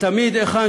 והיכן